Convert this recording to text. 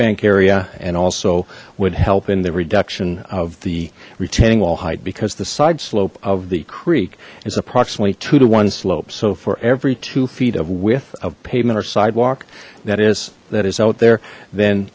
bank area and also would help in the reduction of the retaining wall height because the side slope of the creek is approximately two to one slope so for every two feet of width of pavement or sidewalk that is that is out there then